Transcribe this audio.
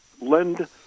lend